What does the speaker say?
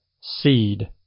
seed